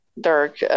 dark